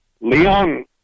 Leon